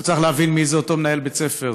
צריך להבין מי זה אותו מנהל בית ספר.